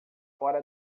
fora